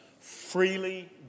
Freely